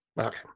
Okay